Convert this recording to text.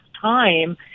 time